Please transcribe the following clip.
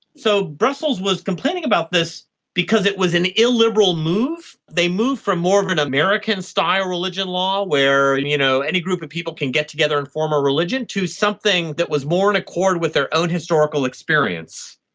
so brussels was complaining about because it was an illiberal move. they moved from more of an american-style religion law where and you know any group of people can get together and form a religion, to something that was more in accord with their own historical experience.